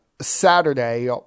Saturday